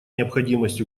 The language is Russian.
необходимость